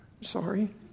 sorry